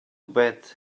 bad